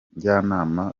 njyanama